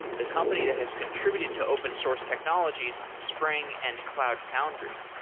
the company that has contributed to open source technologies, spring and cloud foundry.